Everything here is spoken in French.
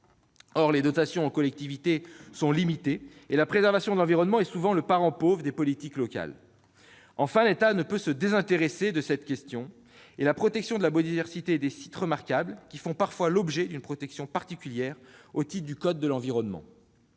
Or les dotations aux collectivités sont limitées et la préservation de l'environnement est souvent le parent pauvre des politiques locales. Enfin, l'État ne peut se désintéresser de la question de la protection de la biodiversité des sites remarquables, qui font parfois l'objet d'une protection particulière au titre du code de l'environnement.